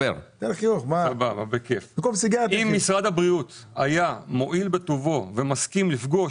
אם משרד הבריאות היה מועיל בטובו ומסכים לפגוש